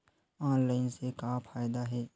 Online से का फ़ायदा हे?